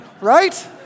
right